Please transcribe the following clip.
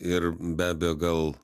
ir be abejo gal